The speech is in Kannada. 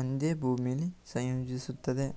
ಒಂದೇ ಭೂಮಿಲಿ ಸಂಯೋಜಿಸ್ತದೆ